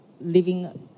living